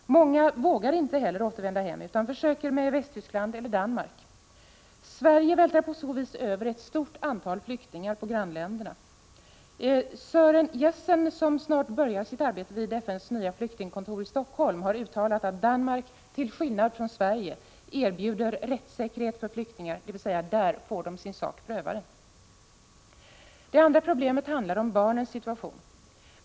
Många vågar heller inte återvända hem utan försöker få uppehållstillstånd i Västtyskland eller Danmark. Sverige vältrar på så vis över ett stort antal flyktingar på grannländerna. Sören Jessen, som snart börjar sitt arbete vid FN:s nya flyktingkontor i Helsingfors, har uttalat att Danmark till skillnad från Sverige erbjuder rättssäkerhet för flyktingar, dvs. där får de sin sak prövad. För det andra gäller det barnens situation.